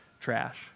trash